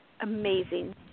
amazing